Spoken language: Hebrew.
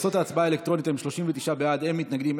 התש"ף 2020, לוועדת